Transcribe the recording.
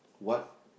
what